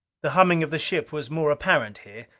the humming of the ship was more apparent here.